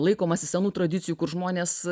laikomasi senų tradicijų kur žmonės